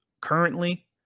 currently